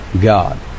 God